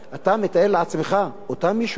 אתה מתאר לעצמך אותם יישובים,